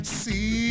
see